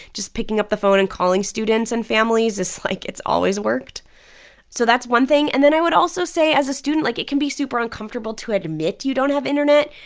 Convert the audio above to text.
just picking up the phone and calling students and families, it's like, it's always worked so that's one thing. and then i would also say, as a student, like, it can be super uncomfortable to admit you don't have internet,